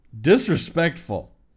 Disrespectful